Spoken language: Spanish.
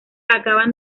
acaban